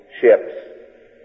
ships